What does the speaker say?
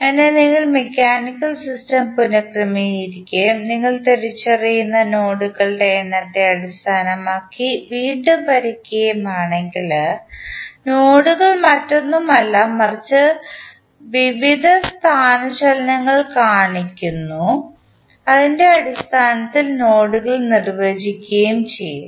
അതിനാൽ നിങ്ങൾ mechanical system പുനർ ക്രമീകരിക്കുകയും നിങ്ങൾ തിരിച്ചറിയുന്ന നോഡുകളുടെ എണ്ണത്തെ അടിസ്ഥാനമാക്കി വീണ്ടും വരയ്ക്കുകയും ആണെങ്കിൽ നോഡുകൾ മറ്റൊന്നുമല്ല മറിച്ച് നിങ്ങൾ വിവിധ സ്ഥാനചലനങ്ങൾ കാണുകയും അതിൻറെ അടിസ്ഥാനത്തിൽ നോഡുകൾ നിർവചിക്കുകയും ചെയ്യും